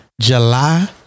July